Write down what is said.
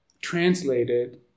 translated